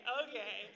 okay